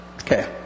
Okay